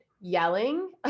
yelling